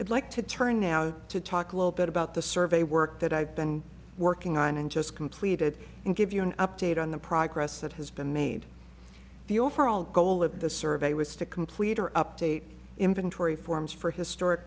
i'd like to turn now to talk a little bit about the survey work that i've been working on and just completed and give you an update on the progress that has been made the overall goal of the survey was to complete or update inventory forms for historic